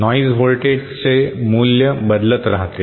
noise व्होल्टेजचे मूल्य बदलत राहते